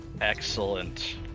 Excellent